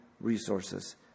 resources